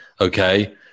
okay